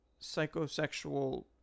psychosexual